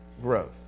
growth